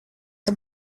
the